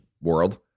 world